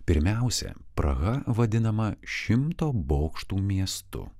pirmiausia praha vadinama šimto bokštų miestu